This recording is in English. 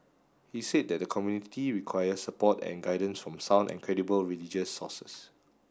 he said that the community requires support and guidance from sound and credible religious sources